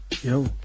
Yo